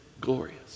glorious